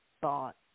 thought